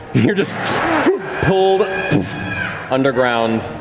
you're just pulled underground.